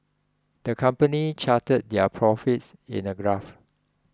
the company charted their profits in a graph